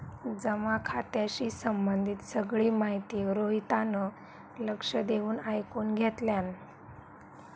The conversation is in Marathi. जमा खात्याशी संबंधित सगळी माहिती रोहितान लक्ष देऊन ऐकुन घेतल्यान